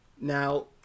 Now